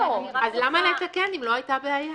אז למה לתקן אם לא היתה בעיה?